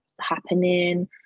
happening